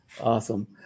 Awesome